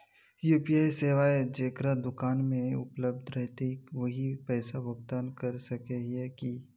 UPI सेवाएं जेकरा दुकान में उपलब्ध रहते वही पैसा भुगतान कर सके है की?